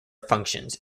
functions